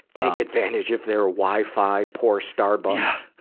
take advantage of their wi-fi, poor starbucks!